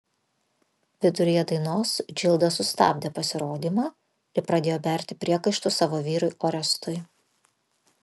viduryje dainos džilda sustabdė pasirodymą ir pradėjo berti priekaištus savo vyrui orestui